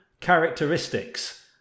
characteristics